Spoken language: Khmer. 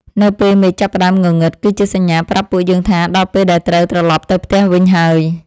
នៅពេលមេឃចាប់ផ្ដើមងងឹង គឺជាសញ្ញាប្រាប់ពួកយើងថា ដល់ពេលដែលត្រូវត្រឡប់ទៅផ្ទះវិញហើយ។